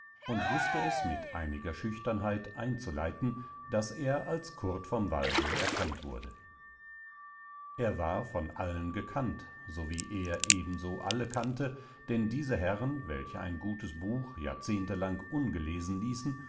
und wußte es mit einiger schüchternheit einzuleiten daß er als kurt vom walde erkannt wurde er war von allen gekannt so wie er ebenso alle kannte denn diese herren welche ein gutes buch jahrzehntelang ungelesen ließen